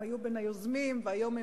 הם היו בין היוזמים והיום הם,